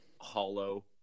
hollow